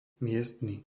miestny